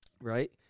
right